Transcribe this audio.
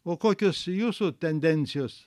o kokios jūsų tendencijos